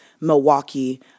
Milwaukee